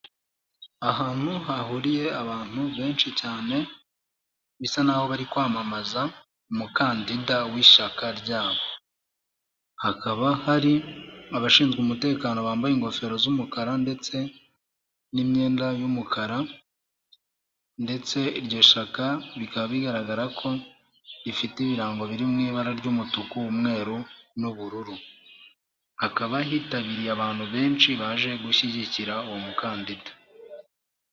Ahantu hahuriye abantu benshi cyane, bisa naho bari kwamamaza umukandida w'ishyaka ryabo. Hakaba hari abashinzwe umutekano bambaye ingofero z'umukara ndetse n'imyenda y'umukara ndetse iryo shyaka bikaba bigaragara ko rifite ibirango biri mu ibara ry'umutuku, umwe n'ubururu. Hakaba hitabiriye abantu benshi baje gushyigikira uwo mukandida.